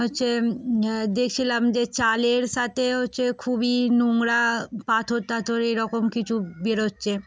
হচ্ছে দেখছিলাম যে চালের সাথে হচ্ছে খুবই নোংরা পাথর টাথর এরকম কিছু বেরোচ্ছে